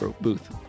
Booth